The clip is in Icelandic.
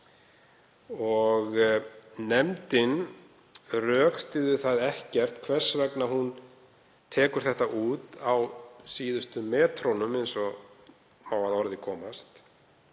Nefndin rökstyður það ekki hvers vegna hún tekur það út á síðustu metrunum, eins og má að orði komast.